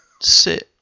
sit